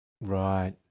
Right